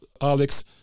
Alex